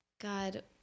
God